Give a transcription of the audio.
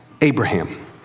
Abraham